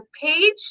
page